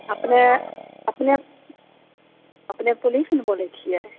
ओएह अपने अपने पुलिस ने बोलै छियै